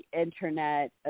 internet